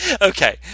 Okay